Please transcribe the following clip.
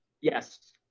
Yes